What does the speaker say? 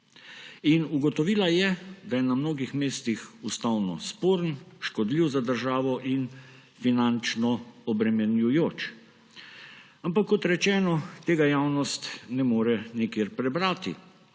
Ugotovila je, da je na mnogih mestih ustavno sporen, škodljiv za državo in finančno obremenjujoč. Ampak kot rečeno, tega javnost ne more nikjer prebrati.